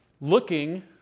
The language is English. looking